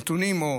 נתונים או